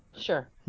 sure